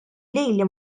lili